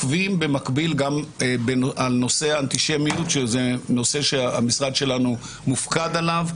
אלה הנושאים המרכזיים.